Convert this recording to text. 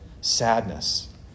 sadness